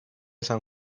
san